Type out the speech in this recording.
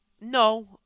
No